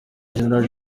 general